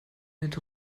mit